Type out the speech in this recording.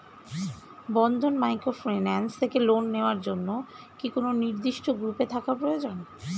বন্ধন microfinance থেকে loan নেওয়ার জন্য কি কোন নির্দিষ্ট গ্রুপে থাকা প্রয়োজন?